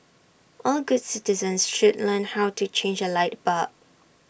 all good citizens should learn how to change A light bulb